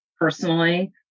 personally